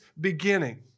beginning